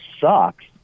sucks